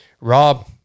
Rob